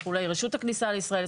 רשות הכניסה לישראל.